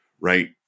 right